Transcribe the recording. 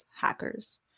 hackers